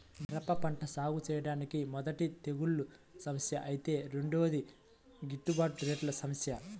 మిరప పంట సాగుచేయడానికి మొదటిది తెగుల్ల సమస్య ఐతే రెండోది గిట్టుబాటు రేట్ల సమస్య